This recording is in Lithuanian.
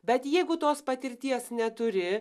bet jeigu tos patirties neturi